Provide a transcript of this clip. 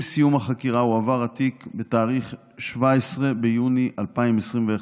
עם סיום החקירה הועבר התיק, בתאריך 17 ביוני 2021,